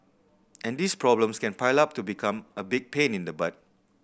and these problems can pile up to become a big pain in the butt